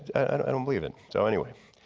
and i don't believe it so anyway.